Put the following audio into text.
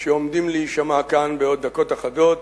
שעומדים להישמע כאן בעוד דקות אחדות.